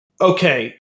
okay